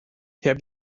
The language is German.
herr